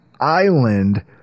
Island